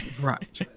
right